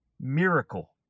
Miracle